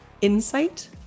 insight